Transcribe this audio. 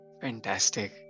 Fantastic